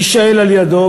יישאל על-ידו.